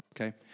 okay